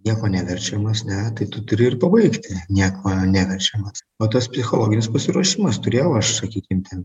nieko neverčiamas ne tai tu turi ir pabaigti nieko neverčiamas o tas psichologinis pasiruošimas turėjau aš sakykim ten